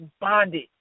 bonded